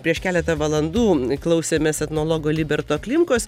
prieš keletą valandų klausėmės etnologo liberto klimkos